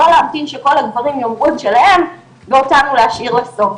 לא להמתין שכל הגברים יאמרו את שלהם ולהשאיר אותנו לסוף.